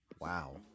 wow